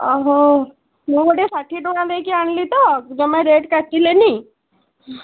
ଓହୋ ମୁଁ ଗୋଟିଏ ଷାଠିଏ ଟଙ୍କା ଦେଇକି ଆଣିଲି ତ ଜମା ରେଟ୍ କାଟିଲେନି